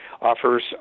offers